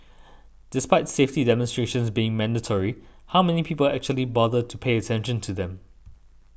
despite safety demonstrations being mandatory how many people actually bother to pay attention to them